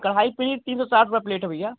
कड़ाही से ही तीन सौ साठ रुपया प्लेट है भैया